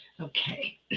Okay